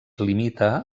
limita